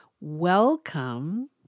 Welcome